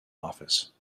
office